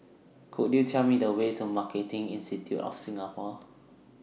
Could YOU Tell Me The Way to Marketing Institute of Singapore